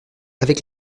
avec